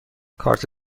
کارت